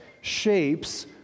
shapes